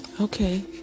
Okay